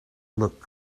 look